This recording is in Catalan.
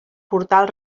portal